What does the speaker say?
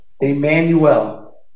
Emmanuel